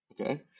Okay